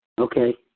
Okay